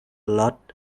lot